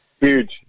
Huge